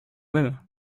même